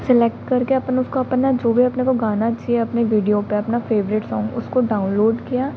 select करके अपन उसको अपन न जो भी अपने को गाना चाहिए अपनी वीडियो पर अपना फ़ेवरेट सॉन्ग उसको डाउनलोड किया